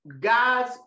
God's